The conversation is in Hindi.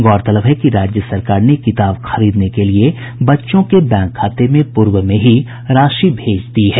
गौरतलब है कि राज्य सरकार ने किताब खरीदने के लिये बच्चों के बैंक खाते में पूर्व में ही राशि भेज दी है